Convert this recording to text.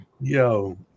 yo